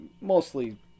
mostly